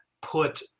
put